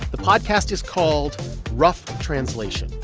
the podcast is called rough translation.